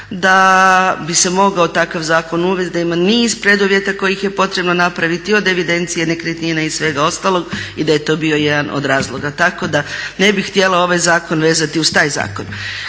da bi se mogao takav zakon uvesti, da ima niz preduvjeta kojih je potrebno napraviti od evidencije nekretnina i svega ostalog i da je to bio jedan od razloga. Tako da ne bih htjela ovaj zakon vezati uz taj zakon.